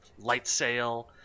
Lightsail